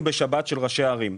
בשבת של ראשי ערים,